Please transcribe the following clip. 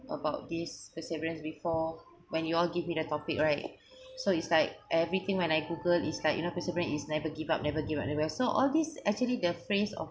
about this perseverance before when you all give me the topic right so it's like everything when I google is like you know perseverance is never give up never give up so all these actually the phrase of